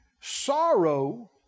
Sorrow